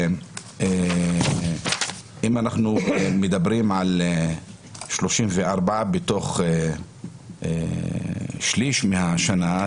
ואם אנחנו מדברים על 34 בתוך שליש מהשנה,